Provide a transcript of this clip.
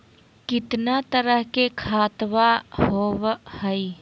कितना तरह के खातवा होव हई?